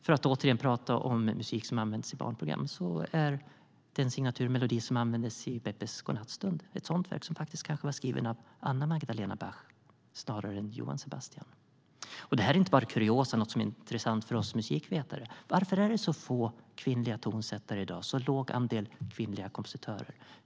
För att återigen prata om musik som används i barnprogram: Den signaturmelodi som användes i Beppes godnattstund är ett sådant verk som kanske är skrivet av Anna Magdalena Bach snarare än Johann Sebastian. Det här är inte bara kuriosa, något som är intressant för oss musikvetare. Varför finns det så få kvinnliga tonsättare i dag? Varför är det så låg andel kvinnliga kompositörer?